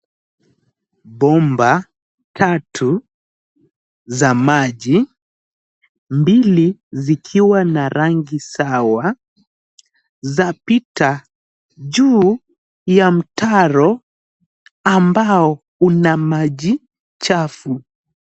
Bomba tatu za maji, mbili zikiwa na rangi sawa zapita juu ya mtaro ambao una maji chafu.